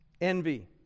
Envy